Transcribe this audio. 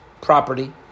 property